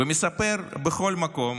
ומספר בכל מקום